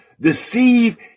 deceive